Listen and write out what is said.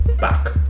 back